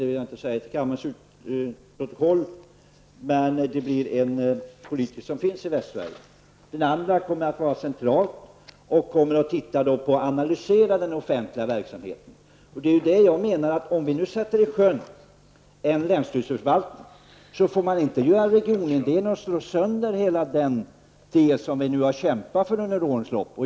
Det vill jag inte säga till kammarens protokoll, men det blir en politiker som finns i Västsverige. Den andra utredaren kommer att arbeta centralt och titta på och analysera den offentliga verksamheten. Jag menar att om vi nu sjösätter en länsstyrelseförvaltning, så får man inte göra en regionindelning och slå sönder det som vi har kämpat för under årens lopp.